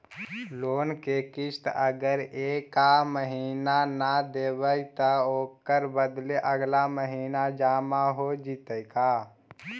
Loan के किस्त अगर एका महिना न देबै त ओकर बदले अगला महिना जमा हो जितै का?